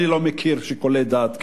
אני לא מכיר שיקולי דעת כאלה.